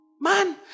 Man